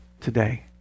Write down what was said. today